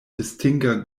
distinga